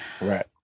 Right